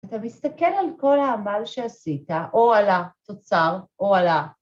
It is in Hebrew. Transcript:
‫אתה מסתכל על כל העמל שעשית, ‫או על התוצר או על ה...